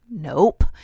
Nope